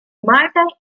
malta